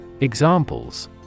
Examples